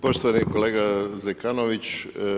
Poštovani kolega Zekanović.